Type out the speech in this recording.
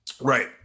Right